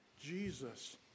Jesus